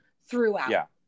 throughout